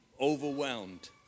overwhelmed